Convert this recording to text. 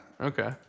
okay